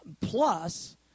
plus